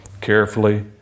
carefully